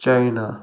China